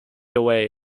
carried